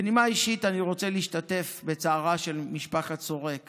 בנימה אישית, אני רוצה להשתתף בצערה של משפחת שורק